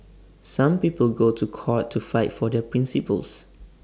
some people go to court to fight for their principles